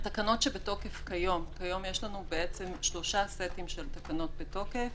כיום יש לנו שלושה סטים של תקנות בתוקף.